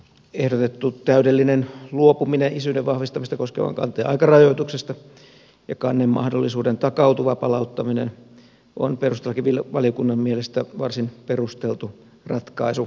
ehdotettu täydellinen luopuminen isyyden vahvistamista koskevan kanteen aikarajoituksesta ja kannemahdollisuuden takautuva palauttaminen on perustuslakivaliokunnan mielestä varsin perusteltu ratkaisu